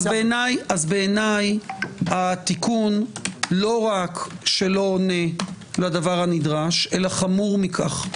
בעיניי התיקון לא רק שלא עונה לדבר הנדרש אלא חמור מכך.